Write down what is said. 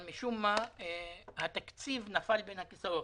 אבל משום מה התקציב נפל בין הכיסאות.